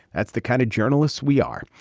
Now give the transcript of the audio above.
that's the kind of journalists we are.